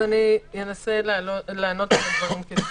אנסה לענות על הדברים כסדרם.